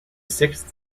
sixth